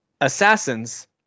Assassins